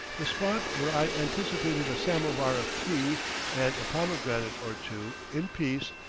the spot where i anticipated a samovar of tea and a pomegranate or two in peace,